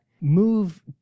Move